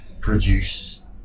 produce